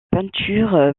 peinture